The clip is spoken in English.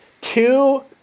two